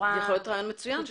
יכול להיות רעיון מצוין,